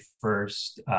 first